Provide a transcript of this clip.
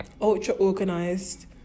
ultra-organized